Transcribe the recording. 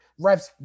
Refs